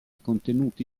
contenuti